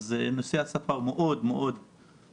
אז נושא השפה מאוד חשוב.